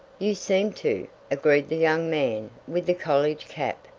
you seem to, agreed the young man with the college cap.